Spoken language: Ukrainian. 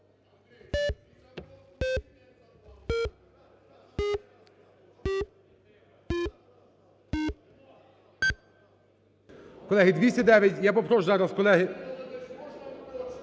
Колеги, 209. Я попрошу зараз, колеги…